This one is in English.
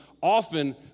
often